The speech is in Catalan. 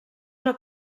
una